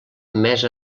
més